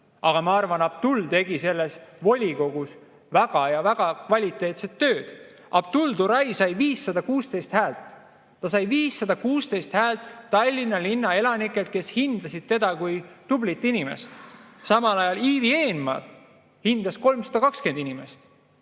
Aga ma arvan, et Abdul tegi selles volikogus väga kvaliteetset tööd. Abdul Turay sai 516 häält. Ta sai 516 häält Tallinna linna elanikelt, kes hindasid teda kui tublit inimest. Samal ajal Ivi Eenmaad hindas 320 inimest,